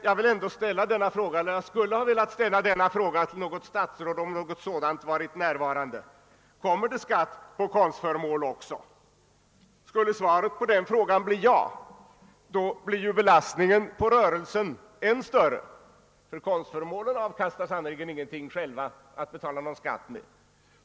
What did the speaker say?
Jag skulle emellertid ändå, om det varit något statsråd närvarande här, velat ställa frågan: Kommer det skatt på konstföremål också? Skulle svaret på den frågan bli ja blir ju belastningen på rörelsen än större, ty konstföremålen avkastar sannerligen ingenting själva att betala någon skatt med.